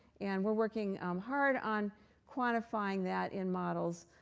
and we're working hard on quantifying that in models,